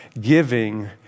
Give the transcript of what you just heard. Giving